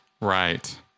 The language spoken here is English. Right